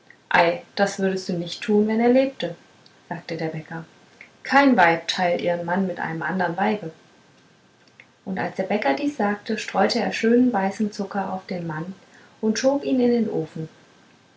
das würdest du nicht tun wenn er lebte sagte der bäcker kein weib teilt ihren mann mit einem andern weibe und als der bäcker dies sagte streute er schönen weißen zucker auf den mann und schob ihn in den ofen